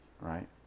right